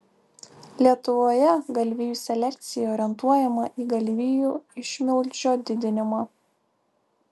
lietuvoje galvijų selekcija orientuojama į galvijų išmilžio didinimą